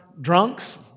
drunks